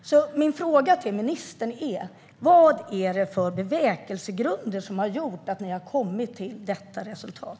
Min fråga till ministern är: Vad är det för bevekelsegrunder som har gjort att ni har kommit fram till detta resultat?